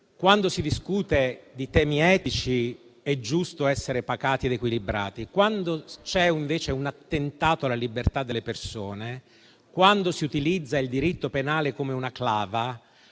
quando si discute di temi etici è giusto essere pacati ed equilibrati; quando c'è invece un attentato alla libertà delle persone; quando si utilizza il diritto penale come una clava;